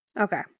Okay